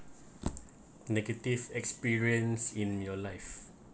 negative experience in your life